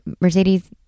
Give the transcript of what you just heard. mercedes